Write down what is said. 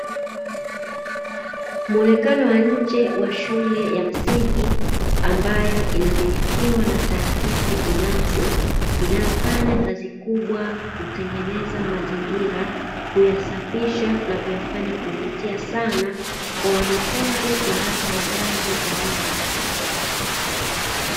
Muonekano wa nje wa shule ya msingi ambayo inamilikiwa na taasisi binafsi inayofanya kazi kubwa kubwa kutengeneza mazingira, kuyasafisha na kuyafanya kuvutia sana kwa wanafunzi na hata wazazi wanaowaleta.